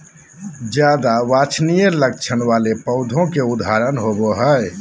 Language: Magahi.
ज्यादा वांछनीय लक्षण वाले पौधों के उदाहरण होबो हइ